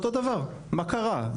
מה קרה,